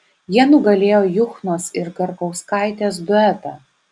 jie nugalėjo juchnos ir garkauskaitės duetą